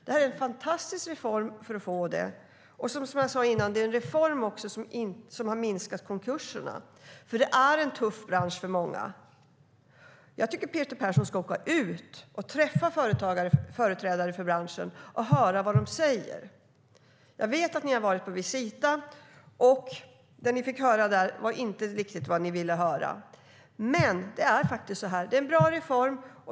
Det är en fantastisk reform för att få det. Som jag sade innan är det också en reform som har minskat konkurserna. Det är nämligen en tuff bransch för många. Jag tycker att Peter Persson ska åka ut och träffa företrädare för branschen och höra vad de säger. Jag vet att ni har varit på Visita, och det ni fick höra där var inte riktigt vad ni ville höra. Det här är faktiskt en bra reform.